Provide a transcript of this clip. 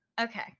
Okay